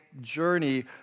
journey